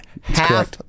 half